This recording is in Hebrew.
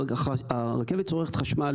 הרכבת צורכת חשמל